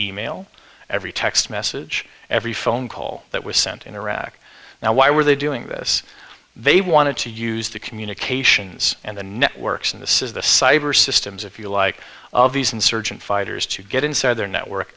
email every text message every phone call that was sent in iraq now why were they doing this they wanted to use the communications and the networks and this is the cyber systems if you like of these insurgent fighters to get inside their network